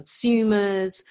consumers